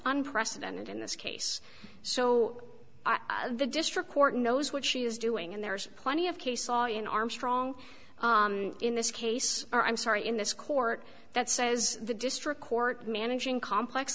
unprecedented in this case so the district court knows what she is doing and there's plenty of case law in armstrong in this case or i'm sorry in this court that says the district court managing complex